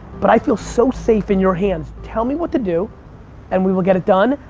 but i feel so safe in your hands. tell me what to do and we will get it done.